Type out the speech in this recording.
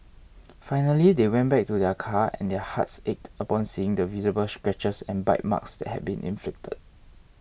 finally they went back to their car and their hearts ached upon seeing the visible scratches and bite marks that had been inflicted